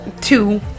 Two